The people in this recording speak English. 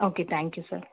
okay thank you sir